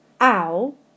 ow